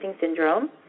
syndrome